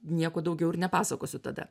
nieko daugiau ir nepasakosiu tada